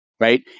Right